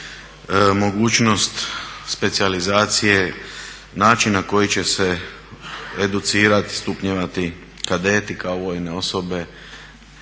mogućnost specijalizacije, način na koji će se educirati, stupnjevati kadeti kao vojne osobe,